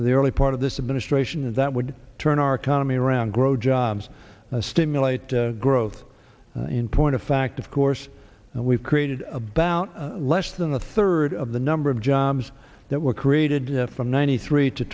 the early part of this administration and that would turn our economy around grow jobs stimulate growth in point of fact of course we've created about less than a third of the number of jobs that were created from ninety three to